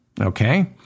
okay